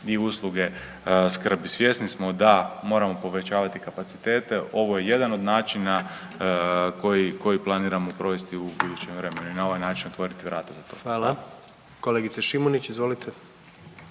i usluge skrbi. Svjesni smo da moramo povećavati kapacitete. Ovo je jedan od načina koji, koji planiramo provesti u budućem vremenu i na ovaj način otvoriti vrata za to. **Jandroković, Gordan